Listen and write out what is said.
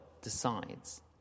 decides